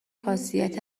خاصیت